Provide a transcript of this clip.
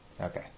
Okay